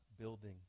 building